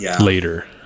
later